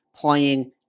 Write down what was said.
playing